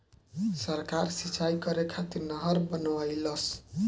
सरकार सिंचाई करे खातिर नहर बनवईलस